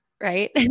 right